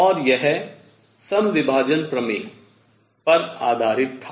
और यह समविभाजन प्रमेय पर आधारित था